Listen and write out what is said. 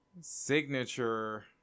signature